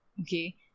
Okay